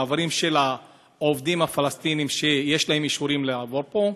מעברים של עובדים פלסטינים שיש להם אישורים לעבוד פה,